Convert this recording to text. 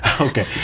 okay